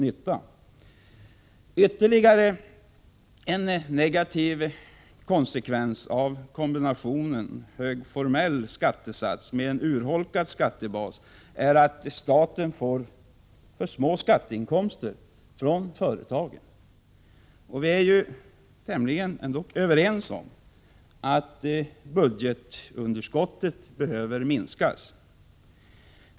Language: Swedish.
Ytterligare en negativ konsekvens av kombinationen hög formell skattesats med en urholkad skattebas är att staten får för små skatteinkomster från företagen. Vi är ju alla överens om att budgetunderskottet behöver minskas.